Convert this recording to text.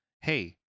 hey